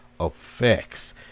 effects